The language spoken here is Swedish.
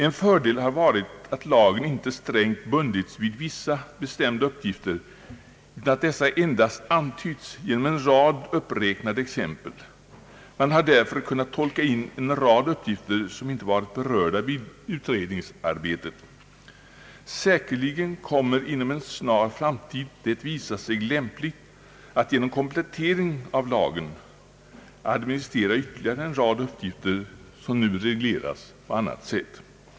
En fördel har varit att lagen inte strängt bundit organen vid vissa bestämda uppgifter, utan att dessa endast antytts genom en rad uppräknade exempel. Man har därför kunnat tolka in en hel del uppgifter, som inte varit berörda vid utredningsarbetet. Säkerligen kommer det inom en snar framtid att visa sig lämpligt att genom komplettering av lagen administrera ytterligare en rad uppgifter, som nu regleras på annat sätt.